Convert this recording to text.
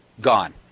gone